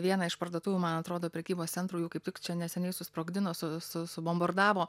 vieną iš parduotuvių man atrodo prekybos centrų jų kaip tik čia neseniai susprogdino su su subombordavo